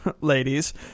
ladies